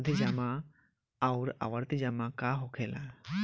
सावधि जमा आउर आवर्ती जमा का होखेला?